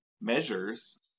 measures